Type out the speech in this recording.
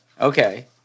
Okay